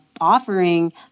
offering